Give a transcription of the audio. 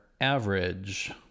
average